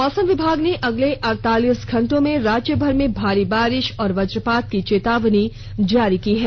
मौसम विभाग ने अगले अड़तालीस घंटों में राज्यभर में भारी बारिश और वजपात की चेतावनी जारी की है